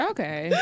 Okay